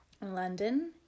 London